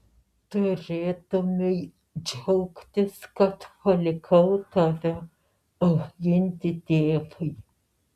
turėtumei džiaugtis kad palikau tave auginti tėvui